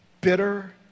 bitter